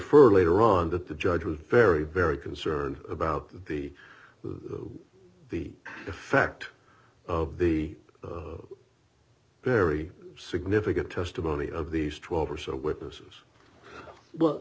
er later on that the judge was very very concerned about the the the effect of the very significant testimony of these twelve or so witnesses